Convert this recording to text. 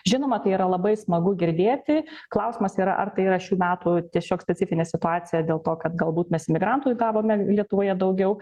žinoma tai yra labai smagu girdėti klausimas yra ar tai yra šių metų tiesiog specifinė situacija dėl to kad galbūt mes imigrantų gavome lietuvoje daugiau